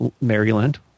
Maryland